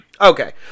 Okay